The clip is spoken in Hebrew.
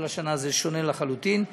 אבל השנה זה שונה לחלוטין.